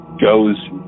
goes